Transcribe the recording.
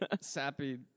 sappy